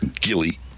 Gilly